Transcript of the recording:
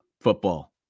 football